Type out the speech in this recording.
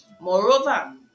moreover